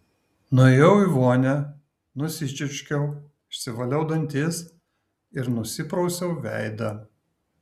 nuėjau į vonią nusičiurškiau išsivaliau dantis ir nusiprausiau veidą